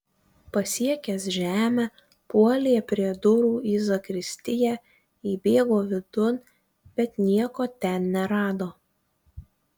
pasiekęs žemę puolė prie durų į zakristiją įbėgo vidun bet nieko ten nerado